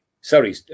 Sorry